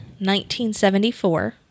1974